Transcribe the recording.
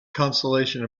consolation